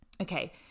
okay